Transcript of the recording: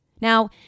Now